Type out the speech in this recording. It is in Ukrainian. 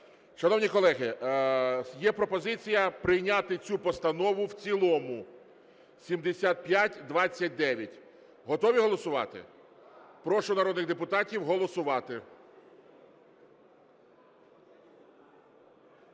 Шановні колеги, є пропозиція прийняти цю постанову в цілому, 7529. Готові голосувати? Прошу народних депутатів голосувати.